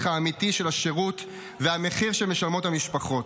האמיתי של השירות והמחיר שמשלמות המשפחות.